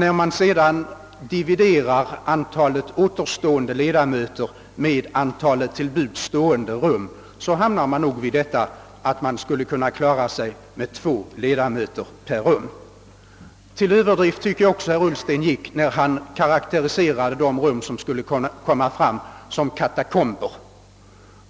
När man sedan dividerar antalet återstående ledamöter med antalet till buds stående rum finner man att det endast skulle behöva bli två ledamöter per rum. Jag tyckte också att herr Ullsten gick till överdrift när han karakteriserade de rum som skulle kunna iordningställas som »katakomber».